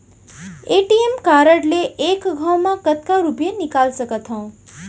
ATM card ले एक घव म कतका रुपिया निकाल सकथव?